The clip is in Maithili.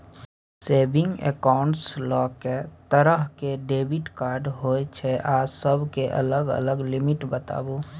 सेविंग एकाउंट्स ल के तरह के डेबिट कार्ड होय छै आ सब के अलग अलग लिमिट बताबू?